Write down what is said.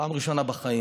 פעם ראשונה בחיים,